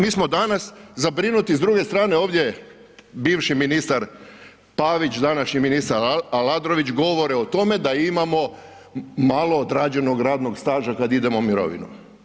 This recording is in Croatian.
Mi smo danas zabrinuti s druge strane ovdje bivši ministar Pavić, današnji ministar Aladrović govore o tome da imamo malo odrađenog radnog staža kad idemo u mirovinu.